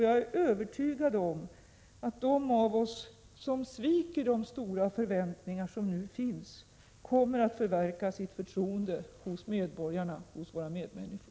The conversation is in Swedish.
Jag är övertygad om att de av oss som sviker de förväntningar som nu finns kommer att förverka sitt förtroende hos medborgarna, hos sina medmänniskor.